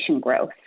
growth